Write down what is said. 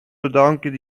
bedanken